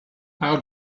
how